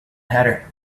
hatter